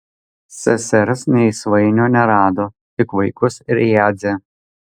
sesers nei svainio nerado tik vaikus ir jadzę